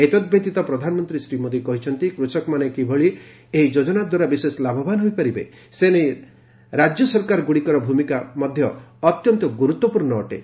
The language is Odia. ଏତତ୍ବ୍ୟତୀତ ପ୍ରଧାନମନ୍ତ୍ରୀ ଶ୍ରୀ ମୋଦି କହିଛନ୍ତି କୃଷକମାନେ କିଭଳି ଏହି ଯୋଜନାଦ୍ୱାରା ବିଶେଷ ଲାଭବାନ୍ ହୋଇପାରିବେ ସେନେଇ ରାଜ୍ୟ ସରକାରଗୁଡ଼ିକର ଭୂମିକା ଅତ୍ୟନ୍ତ ଗୁରୁତ୍ୱପୂର୍ଣ୍ଣ ଅଟେ